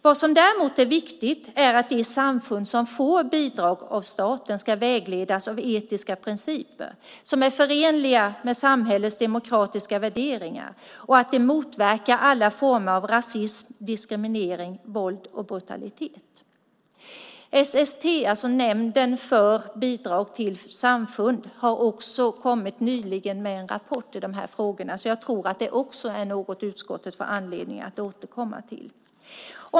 Vad som däremot är viktigt är att de samfund som får bidrag av staten ska vägledas av etiska principer som är förenliga med samhällets demokratiska värderingar och att de motverkar alla former av rasism, diskriminering, våld och brutalitet. SST, alltså Nämnden för statligt stöd till trossamfund, har nyligen kommit med en rapport i de här frågorna. Jag tror att det är något som utskottet får anledning att återkomma till.